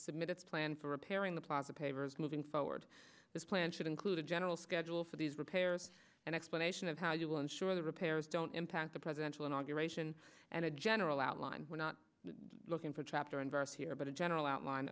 submit its plan for repairing the plaza pavers moving forward this plan should include a general schedule for these repairs and explanation of how you will ensure the repairs don't impact the presidential inauguration and a general outline we're not looking for chapter and verse here but a general outline